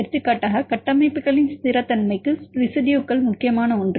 எடுத்துக்காட்டாக கட்டமைப்புகளின் ஸ்திரத்தன்மைக்கு ரெசிடுயுகள் முக்கியமான ஒன்று